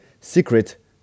secret